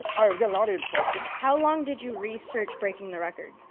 we got an audience question. how long did you research breaking the record?